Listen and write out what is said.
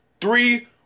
three